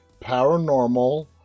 Paranormal